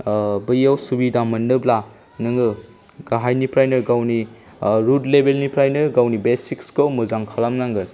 बैयाव सुबिदा मोननोब्ला नोङो गाहायनिफ्रायनो गावनि रुट लेबेलनिफ्रायनो गावनि बेसिक्सखौ मोजां खालामनांगोन